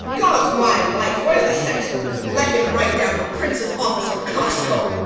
god's my life! where's the sexton? let him write down the prince's officer coxcomb.